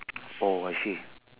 oh I see